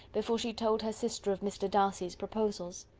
before she told her sister of mr. darcy's proposals.